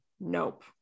Nope